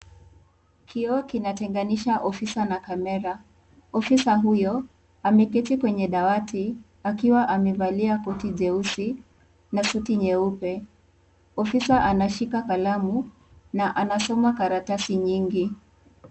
Kioo kinatenganisha ofisa na kamera. Ofisa huyo ameketi kwenye dawati akiwa amevalia koti jeusi na suti nyeupe. Ofisa anashika kalamu na anasoma karatasi nyingi.